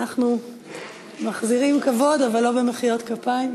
אנחנו מחזירים כבוד, אבל לא במחיאות כפיים.